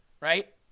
right